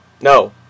no